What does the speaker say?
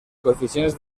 coeficients